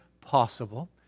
possible